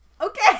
Okay